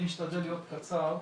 אני אשתדל להיות קצר,